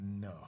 No